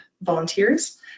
volunteers